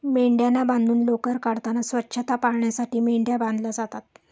मेंढ्यांना बांधून लोकर काढताना स्वच्छता पाळण्यासाठी मेंढ्या बांधल्या जातात